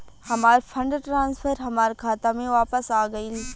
हमार fund transfer हमार खाता में वापस आ गइल